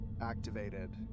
activated